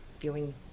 viewing